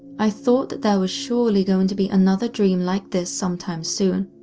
i thought that there was surely going to be another dream like this sometime soon,